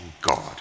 God